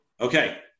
okay